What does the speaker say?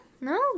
No